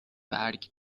برگ